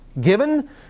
Given